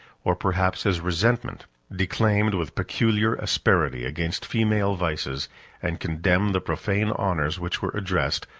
or perhaps his resentment declaimed with peculiar asperity against female vices and condemned the profane honors which were addressed,